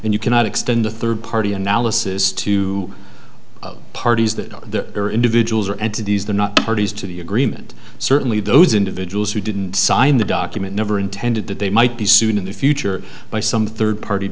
and you cannot extend a third party analysis to parties that there are individuals or entities they're not parties to the agreement certainly those individuals who didn't sign the document never intended that they might be sued in the future by some third party